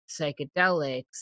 psychedelics